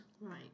right